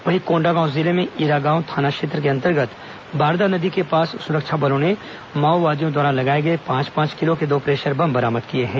वहीं कोंडागांव जिले में ईरागांव थाना क्षेत्र के अंतर्गत बारदा नदी के पास सुरक्षा बलों ने माओवादियों द्वारा लगाए गए पांच पांच किलो के दो प्रेशर बम बरामद किए हैं